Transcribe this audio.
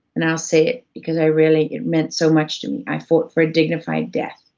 and i'll say it, because i really, it meant so much to me. i fought for a dignified death.